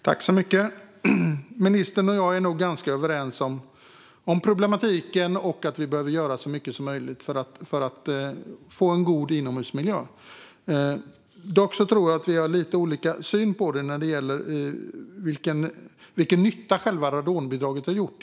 Fru talman! Ministern och jag är nog ganska överens om problematiken och att vi behöver göra så mycket som möjligt för att få en god inomhusmiljö. Dock har vi lite olika syn på vilken nytta radonbidraget har gjort.